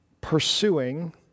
pursuing